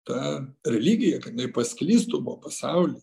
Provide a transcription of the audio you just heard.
ta religija kad jinai pasklistų po pasaulį